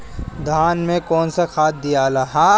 धान मे कौन सा खाद दियाला?